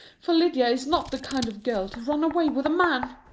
for lydia is not the kind of girl to run away with a man.